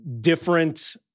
different